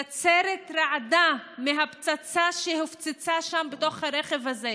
נצרת רעדה מהפצצה שהתפוצצה שם בתוך הרכב הזה,